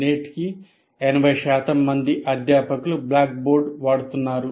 నేటికీ 80 శాతం మంది అధ్యాపకులు బ్లాక్ బోర్డ్ వాడుతున్నారు